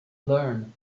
learn